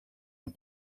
are